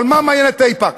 אבל מה מעניין את "אייפקס"?